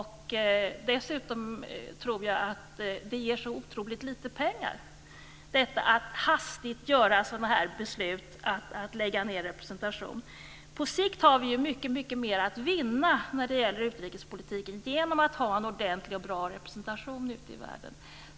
Dessutom tror jag att det ger otroligt lite pengar att hastigt fatta sådana här beslut om att lägga ned representation. På sikt har vi mycket mer att vinna när det gäller utrikespolitiken genom att ha en ordentlig och bra representation ute i världen.